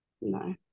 No